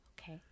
Okay